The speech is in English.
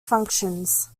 functions